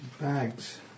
bags